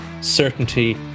certainty